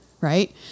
right